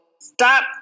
stop